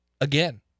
Again